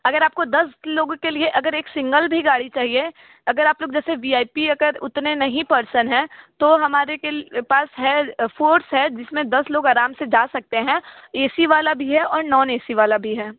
अगर आपको दस लोगों के लिए अगर एक सिंगल भी गाड़ी चाहिए अगर आप लोग जैसे बी आइ पी अगर उतने नहीं पर्सन हैं तो हमारे के पास है फ़ोर्स है जिस में दस लोग अराम से जा सकते हैं ए सी वाला भी है और नौन ऐ सी वाला भी है